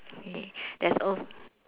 okay that's all